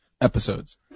episodes